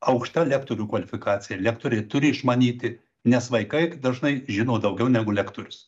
aukšta lektorių kvalifikacija lektoriai turi išmanyti nes vaikai dažnai žino daugiau negu lektorius